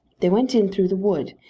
they went in through the wood,